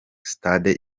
stade